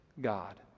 God